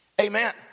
Amen